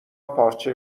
پارچه